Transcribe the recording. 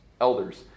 elders